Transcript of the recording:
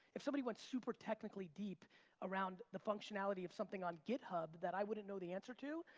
if somebody went super technically deep around the functionality of something on github that i wouldn't know the answer to,